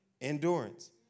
endurance